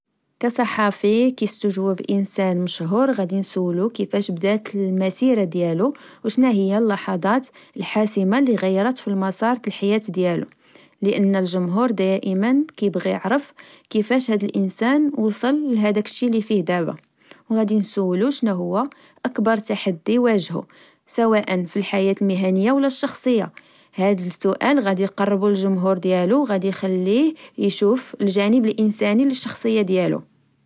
كصحافي كستجوب إنسان مشهور غدي نسولو كفاش بدات المسيرة ديالو، أوشناهيا اللحظات الحاسمة لغيرت في المسار الحياة ديالو، لأن الجمهور دائما كبغي عرف كفاش هاد الإنسان وصل لهداك الشي لفيه داب. وغدي نسولو شناهو أكبر تحدي واجهو سواء في الحياة المهنية ولا الشخصية، هاد السؤال غدي قربو الجمهور ديالو وغدي خليه إشوف الجانب الإنساني للشخصية ديالو